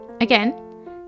Again